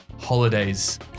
holidays